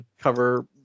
cover